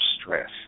stress